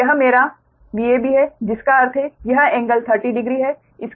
तो यह मेरा VAB है जिसका अर्थ है यह एंगल 30 डिग्री है